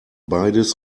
beides